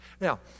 Now